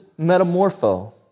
metamorpho